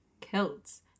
kilts